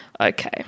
Okay